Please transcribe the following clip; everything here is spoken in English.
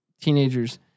teenagers